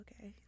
okay